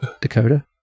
Dakota